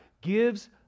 Gives